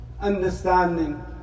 understanding